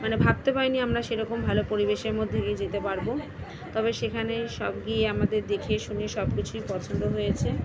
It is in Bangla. মানে ভাবতে পারিনি আমরা সেরকম ভালো পরিবেশের মধ্যে দিয়ে যেতে পারবো তবে সেখানের সব গিয়ে আমাদের দেখেশুনে সব কিছুই পছন্দ হয়েছে